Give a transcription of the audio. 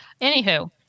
Anywho